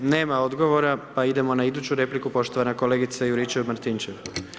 Nema odgovora, pa idemo na iduću repliku, poštovana kolegice Juričev Martinčev.